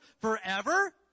forever